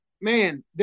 man